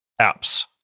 apps